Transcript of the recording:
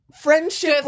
friendship